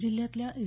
जिल्हयातल्या एस